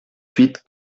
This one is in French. suite